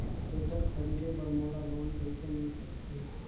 Tractor खरीदे बर मोला लोन कइसे मिल सकथे?